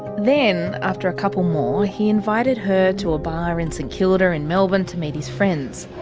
then, after a couple more, he invited her to a bar in st kilda in melbourne to meet his friends.